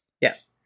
Yes